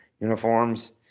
uniforms